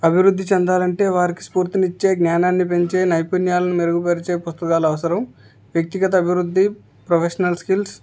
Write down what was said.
అభివృద్ధి చెందాలంటే వారికి స్ఫూర్తిని ఇచ్చే జ్ఞానాన్ని పెంచే నైపుణ్యాలను మెరుగుపరిచే పుస్తకాలు అవసరం వ్యక్తిగత అభివృద్ధి ప్రొఫెషనల్ స్కిల్స్